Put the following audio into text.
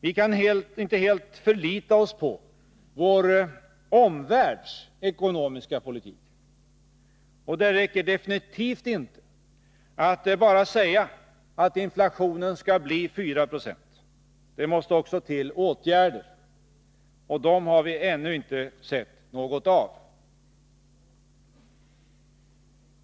Vi kan inte helt förlita oss på vår omvärlds ekonomiska politik. Och det räcker definitivt inte att bara säga att inflationen skall bli 4 20. Det måste också till åtgärder, och dem har vi ännu inte sett något av.